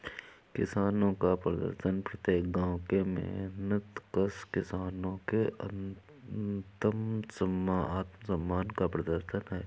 किसानों का प्रदर्शन प्रत्येक गांव के मेहनतकश किसानों के आत्मसम्मान का प्रदर्शन है